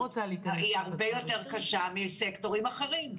היא הרבה יותר קשה מסקטורים אחרים.